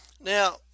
Now